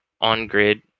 on-grid